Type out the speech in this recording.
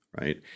right